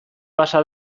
pasa